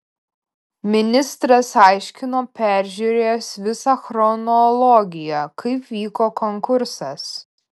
ministras aiškino peržiūrėjęs visą chronologiją kaip vyko konkursas